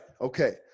Okay